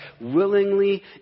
willingly